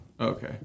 Okay